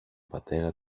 πατέρα